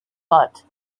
but